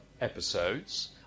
episodes